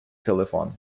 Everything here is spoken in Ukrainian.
телефон